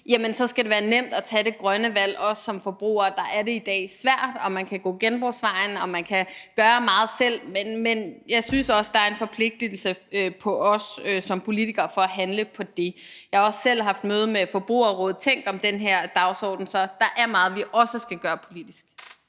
ned, så skal være nemt at tage det grønne valg. Der er det i dag svært. Man kan gå genbrugsvejen, og man kan gøre meget selv, men jeg synes også, der er en forpligtelse på os som politikere for at handle på det. Jeg har også selv haft et møde med Forbrugerrådet Tænk om den her dagsorden. Så der er meget, vi også skal gøre politisk.